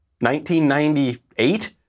1998